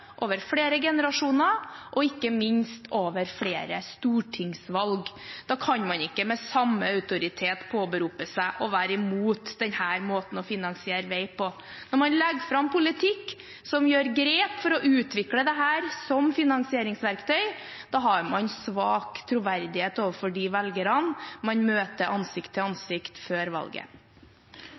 over flere generasjoner, og ikke minst over flere stortingsvalg. Da kan man ikke med samme autoritet påberope seg å være mot denne måten å finansiere vei på. Når man legger fram politikk som tar grep for å utvikle dette som finansieringsverktøy, har man svak troverdighet overfor de velgerne man møter ansikt til ansikt før valget.